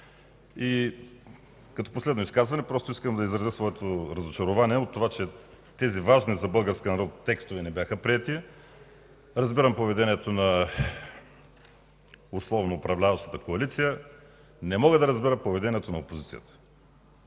И като последно изказване искам да изразя своето разочарование от това, че тези важни за българския народ текстове не бяха приети. Разбирам поведението на условно управляващата коалиция. Не мога да разбера поведението на опозицията.